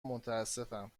متاسفم